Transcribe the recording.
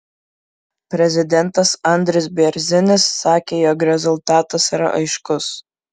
prezidentas andris bėrzinis sakė jog rezultatas yra aiškus